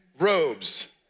robes